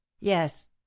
yes